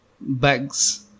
bags